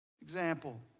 Example